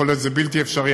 יכול להיות שזה בלתי אפשרי,